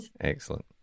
Excellent